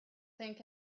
think